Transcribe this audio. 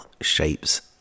shapes